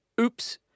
oops